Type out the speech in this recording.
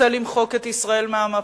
יש מי שרוצה למחוק את ישראל מהמפה,